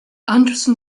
anderson